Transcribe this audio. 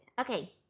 Okay